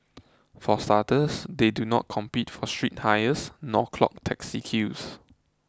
for starters they do not compete for street hires nor clog taxi queues